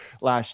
last